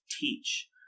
teach